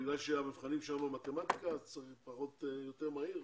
בגלל שהמבחנים שם הם במתמטיקה אז צריך להיות יותר מהיר?